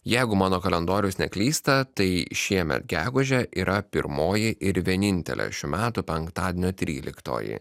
jeigu mano kalendorius neklysta tai šiemet gegužę yra pirmoji ir vienintelė šių metų penktadienio tryliktoji